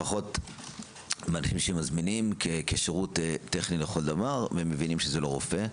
לפחות מאנשים שמזמינים כשירות טכני לכל דבר ומבינים שזה לא רופא,